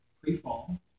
pre-fall